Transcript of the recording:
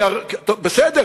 תוספת